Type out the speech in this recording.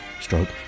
stroke